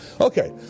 Okay